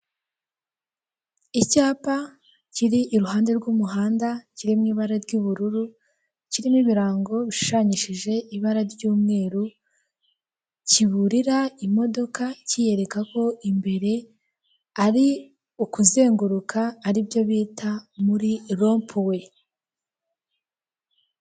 Icyapa kiri iruhange rw'umuhanda, kiri mu ibara ry'ubururi, kirimo ibirango bishushanyishije ibara ry'umweru, kiburira imodoka, kiyereka ko imbere ari ukuzenguruka, ari byo bita muri rompuwe.